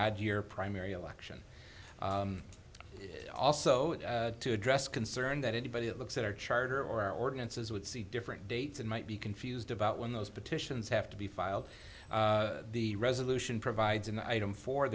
add your primary election also to address concern that anybody that looks at our charter or ordinances would see different dates and might be confused about when those petitions have to be filed the resolution provides an item for